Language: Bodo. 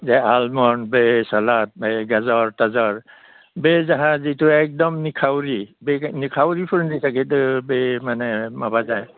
जे आलमन्द बे सालाद गाजर ताजर बे जोंहा जिथु एकदम निखाउरि बे निखाउरिफोरनि थाखायथ' बे माने माबा जायो